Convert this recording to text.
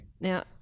Now